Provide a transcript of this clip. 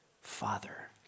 Father